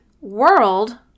world